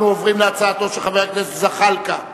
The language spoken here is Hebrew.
אנחנו עוברים להצעתו של חבר הכנסת זחאלקה.